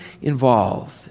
involved